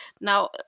Now